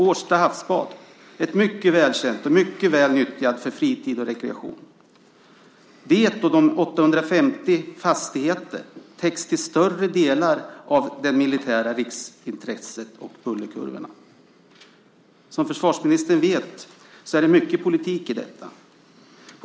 Årsta havsbad är mycket välkänt och mycket väl nyttjat för fritid och rekreation. Det och 850 fastigheter täcks till större delen av det militära riksintresset och bullerkurvorna. Som försvarsministern vet är det mycket politik i detta.